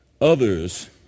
others